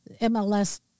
MLS